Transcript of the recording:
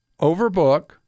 overbook